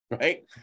right